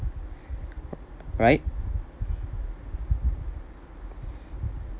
right